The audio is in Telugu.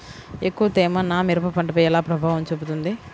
ఎక్కువ తేమ నా మిరప పంటపై ఎలా ప్రభావం చూపుతుంది?